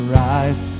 rise